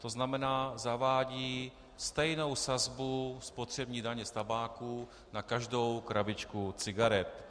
To znamená, zavádí stejnou sazbu spotřební daně z tabáku na každou krabičku cigaret.